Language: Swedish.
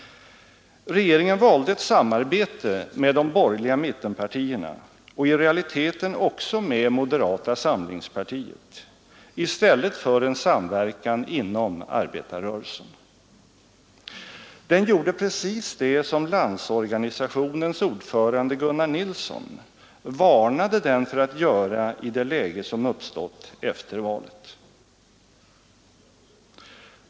Regeringen valde ett samarbete med de borgerliga mittenpartierna och i realiteten också med moderata samlingspartiet i stället för en samverkan inom arbetarrörelsen. Den gjorde precis det som Landsorganisationens ordförande Gunnar Nilsson varnade den för att göra i det läge som uppstått efter valet.